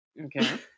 Okay